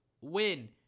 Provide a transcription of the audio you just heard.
win